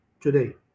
today